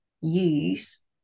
use